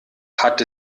hat